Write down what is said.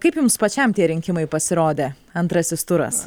kaip jums pačiam tie rinkimai pasirodė antrasis turas